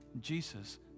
Jesus